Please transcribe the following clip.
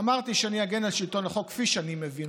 אמרתי שאני אגן על שלטון החוק כפי שאני מבין